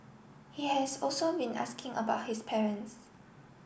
he has also been asking about his parents